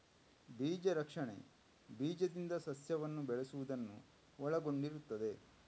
ಬೀಜ ರಕ್ಷಣೆ ಬೀಜದಿಂದ ಸಸ್ಯವನ್ನು ಬೆಳೆಸುವುದನ್ನು ಒಳಗೊಂಡಿರುತ್ತದೆ